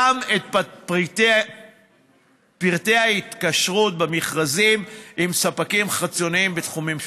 גם את פרטי ההתקשרות במכרזים עם ספקים חיצוניים בתחומים שונים.